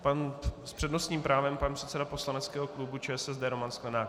S přednostním právem pan předseda poslaneckého klubu ČSSD Roman Sklenák.